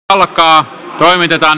valiokunnat ovat